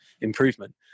improvement